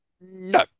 No